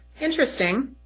Interesting